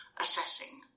assessing